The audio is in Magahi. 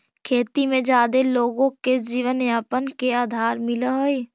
खेती में जादे लोगो के जीवनयापन के आधार मिलऽ हई